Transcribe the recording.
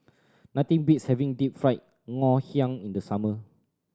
nothing beats having Deep Fried Ngoh Hiang in the summer